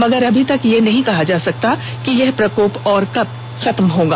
मगर अभी यह नहीं कहा जा सकता है कि यह प्रकोप और कब तक खत्म होगा